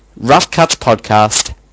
roughcutspodcast